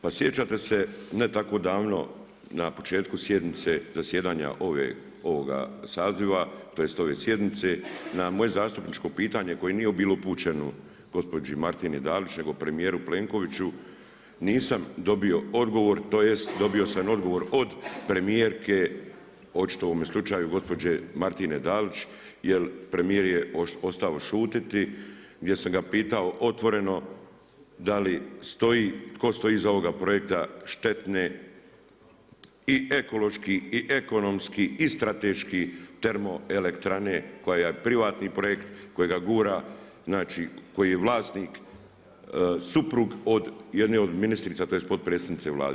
Pa sjećate se, ne tako davno, na početku sjednice zasjedanja ovoga Saziva, tj. ove sjednice na moje zastupničko pitanje koje nije bilo upućeno gospođi Martini Dalić nego premijeru Plenkoviću nisam dobio odgovor, tj. dobio sam odgovor od premijerke, očito u ovome slučaju gospođe Martine Dalić jer premijer je ostao šutjeti gdje sam ga pitao otvoreno da li stoji, tko stoji iza ovoga projekta štetne i ekološki i ekonomski i strateški termoelektrane koja je privatni projekt kojega gura, znači koji je vlasnik suprug od jedne od ministrica tj. potpredsjednice Vlade.